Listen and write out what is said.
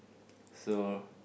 so